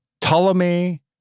Ptolemy